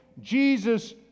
Jesus